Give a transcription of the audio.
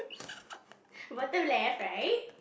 bottom left right